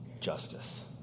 justice